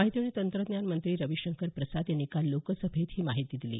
माहिती आणि तंत्रज्ञान मंत्री रविशंकर प्रसाद यांनी काल लोकसभेत ही माहिती दिली